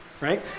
right